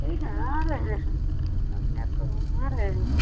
ठीक है आ रहे हैं बढ़िया तो हम आ रहे हैं